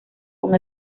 con